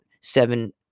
seven